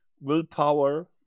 willpower